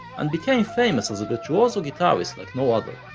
and became famous as a virtuoso guitarist like no other.